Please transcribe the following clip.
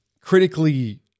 critically